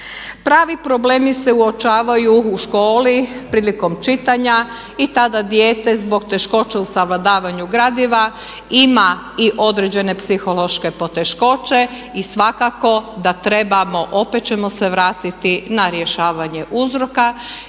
Pravi problemi se uočavaju u školi prilikom čitanja i tada dijete zbog teškoća u savladavanju gradiva ima i određene psihološke poteškoće i svakako da trebamo opet ćemo se vratiti na rješavanje uzroka